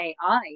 AI